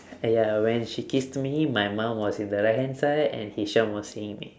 and uh when she kissed me my mum was in the right hand side and hisham was seeing me